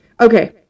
Okay